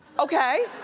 okay.